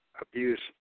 abuse